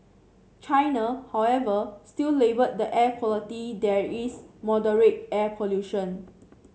China however still labelled the air quality there is moderate air pollution